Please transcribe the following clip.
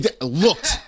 looked